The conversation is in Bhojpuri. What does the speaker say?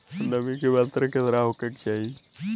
नमी के मात्रा केतना होखे के चाही?